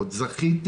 עוד זכיתי